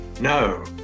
no